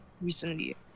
recently